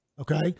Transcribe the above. Okay